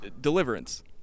Deliverance